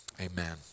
Amen